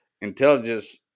intelligence